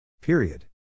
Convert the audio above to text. Period